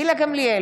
בעד גילה גמליאל,